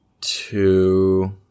two